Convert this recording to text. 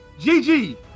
GG